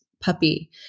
puppy